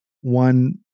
one